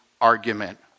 argument